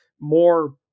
more